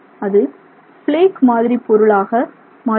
அது பிளேக் மாதிரி பொருளாக மாறுகிறது